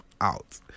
out